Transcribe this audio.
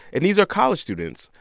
and these are college students.